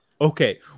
Okay